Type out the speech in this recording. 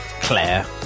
Claire